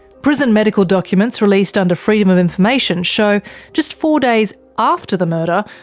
prison medical documents released under freedom of information show just four days after the murder,